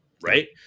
right